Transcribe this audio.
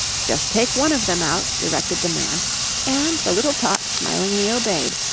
just take one of them out, directed the man and the little tot smilingly obeyed,